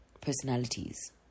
personalities